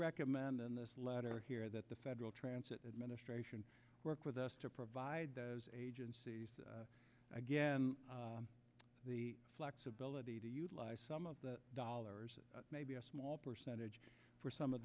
recommend in this letter here that the federal transit administration work with us to provide those agencies again the flexibility to utilize some of the dollars maybe a small percentage for some of